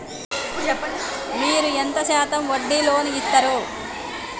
మీరు ఎంత శాతం వడ్డీ లోన్ ఇత్తరు?